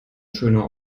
schöner